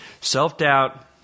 Self-doubt